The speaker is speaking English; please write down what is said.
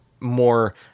more